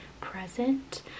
present